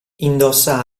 indossa